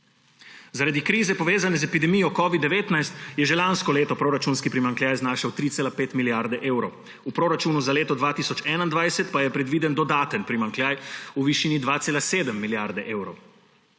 Zaradi krize, povezane z epidemijo covida-19, je že lansko leto proračunski primanjkljaj znašal 3,5 milijarde evrov, v proračunu za leto 2021 pa je predviden dodaten primanjkljaj v višini 2,7 milijarde evrov.